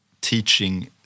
teaching